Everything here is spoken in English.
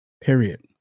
period